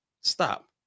stop